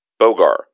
Bogar